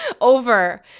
over